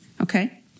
Okay